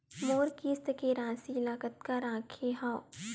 मोर किस्त के राशि ल कतका रखे हाव?